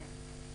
כן.